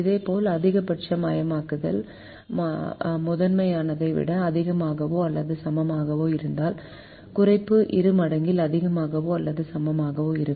இதேபோல் அதிகபட்சமயமாக்கலில் முதன்மையானதை விட அதிகமாகவோ அல்லது சமமாகவோ இருந்தால் குறைப்பு இருமடங்கில் அதிகமாகவோ அல்லது சமமாகவோ இருக்கும்